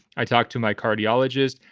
i talked to my cardiologist.